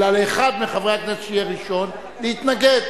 אלא לאחד מחברי הכנסת, שיהיה ראשון, להתנגד.